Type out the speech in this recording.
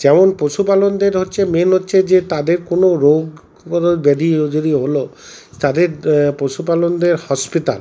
যেমন পশুপালনদের হচ্ছে মেন হচ্ছে যে তাদের কোনো রোগ কোনো ব্যাধিও যদি হলো তাদের পশুপালনদের হসপিটাল